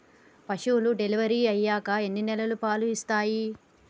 పశువులు డెలివరీ అయ్యాక ఎన్ని నెలల వరకు పాలు ఇస్తాయి?